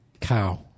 cow